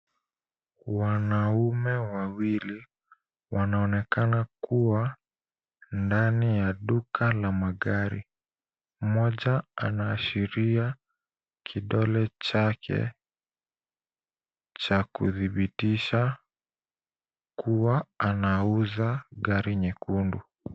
Wanaume wawili wanaonekana kuwa ndani ya duka la magari. Mmoja anaashiria kidole chake cha kudhibitisha kuwa anauza gari nyekundu.